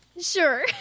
Sure